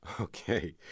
Okay